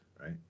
right